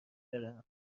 برم